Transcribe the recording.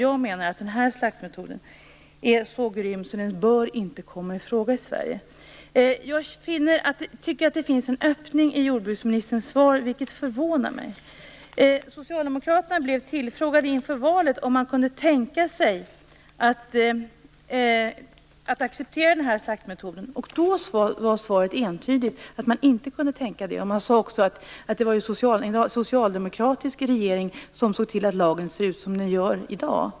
Jag anser att den här slaktmetoden är så grym att den inte bör komma i fråga i Sverige. Jag tycker att det finns en öppning i jordbruksministerns svar, vilket förvånar mig. Socialdemokraterna blev tillfrågade inför valet om man kunde tänka sig att acceptera den här slaktmetoden. Då var svaret entydigt att man inte kunde tänka sig det. Man sade också att det var en socialdemokratisk regering som såg till att lagen ser ut som den gör i dag.